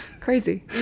crazy